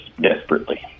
desperately